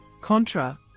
Contra